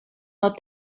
not